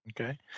Okay